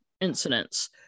incidents